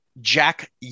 Jack